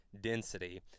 density